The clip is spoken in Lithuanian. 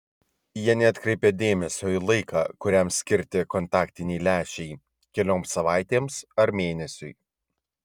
jie neatkreipia dėmesio į laiką kuriam skirti kontaktiniai lęšiai kelioms savaitėms ar mėnesiui